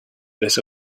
this